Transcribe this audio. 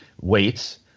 weights